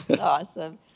awesome